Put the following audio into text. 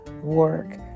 work